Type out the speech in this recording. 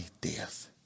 death